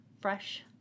fresh